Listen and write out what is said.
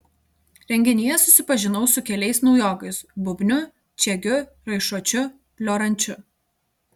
renginyje susipažinau su keliais naujokais bubniu čiegiu raišuočiu lioranču